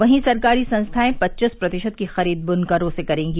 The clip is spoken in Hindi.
वहीं सरकारी संस्थाएं पच्चीस प्रतिशत की खरीद बुनकरों से करेंगी